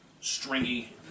stringy